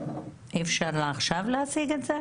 אי אפשר עכשיו להשיג את זה?